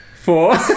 Four